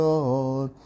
Lord